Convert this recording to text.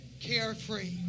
carefree